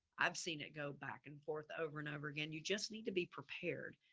i've seen it go back and forth over and over again. you just need to be prepared.